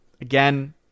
again